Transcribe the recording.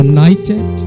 United